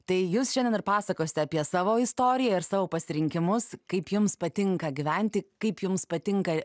tai jūs šiandien ir pasakosite apie savo istoriją ir savo pasirinkimus kaip jums patinka gyventi kaip jums patinka